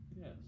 Yes